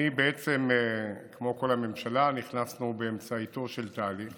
אני, כמו כל הממשלה, בעצם נכנס באמצעו של תהליך